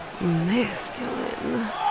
masculine